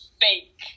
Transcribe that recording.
fake